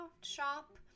shop